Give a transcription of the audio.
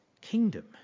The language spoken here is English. kingdom